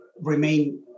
remain